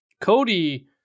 Cody